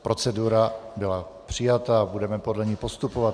Procedura byla přijata a budeme podle ní postupovat.